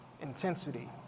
intensity